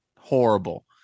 horrible